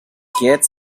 hurts